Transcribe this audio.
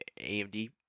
AMD